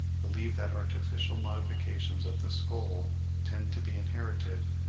believe that artificial modifications of the skull tend to be inherited.